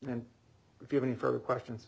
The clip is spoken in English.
and if you have any further questions